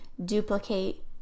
Duplicate